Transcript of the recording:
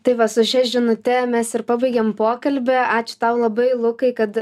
tai va su šia žinute mes ir pabaigėm pokalbį ačiū tau labai lukai kad